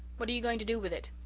what are you going to do with it?